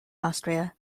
austria